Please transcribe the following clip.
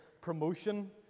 promotion